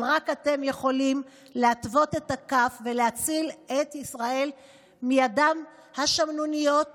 אבל רק אתם יכולים להטות את הכף ולהציל את ישראל מידיהם השמנוניות